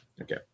Okay